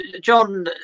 John